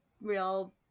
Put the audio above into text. real